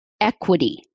equity